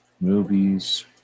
movies